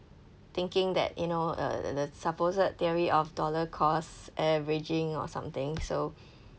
thinking that you know uh the supposed theory of dollar cost averaging or something so